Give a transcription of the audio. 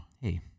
Hey